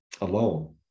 alone